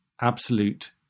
absolute